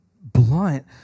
blunt